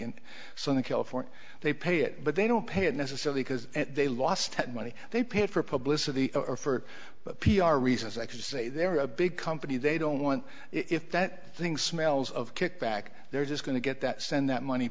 on the california they pay it but they don't pay it necessarily because they lost money they paid for publicity or for but p r reasons i could say they're a big company they don't want if that thing smells of kickback they're just going to get that send that money